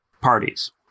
parties